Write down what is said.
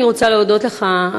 אני רוצה להודות לך,